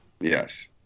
Yes